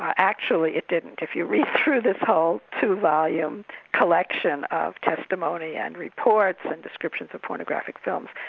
actually it didn't. if you read through this whole two volume collection of testimony and reports, and descriptions of pornographic films,